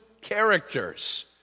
characters